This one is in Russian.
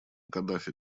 каддафи